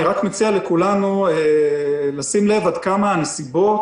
אני רק מציע לכולנו לשים לב עד כמה הנסיבות,